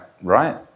right